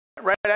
right